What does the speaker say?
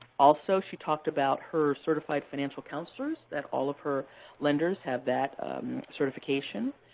also, she talked about her certified financial counselors, that all of her lenders have that certification.